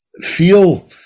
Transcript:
feel